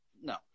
no